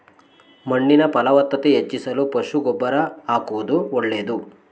ಮಣ್ಣಿನ ಫಲವತ್ತತೆ ಹೆಚ್ಚಿಸಲು ಪಶು ಗೊಬ್ಬರ ಆಕುವುದು ಒಳ್ಳೆದು